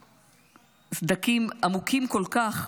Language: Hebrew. לסדקים עמוקים כל כך,